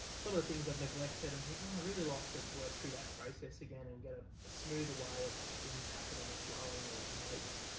some of the things they've neglected and think, oh, i'd ah really like to work through that process again and get a smoother way of things happening or flowing or notes.